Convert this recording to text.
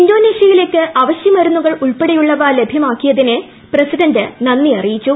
ഇന്തോനേഷ്യയിലേയ്ക്ക് അവശ്യ മരുന്നുകൾ ഉൾപ്പെടെയുള്ളവ ലഭ്യമാക്കിയതിന് പ്രസിഡന്റ് നന്ദി അറിയിച്ചു